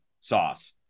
sauce